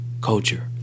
culture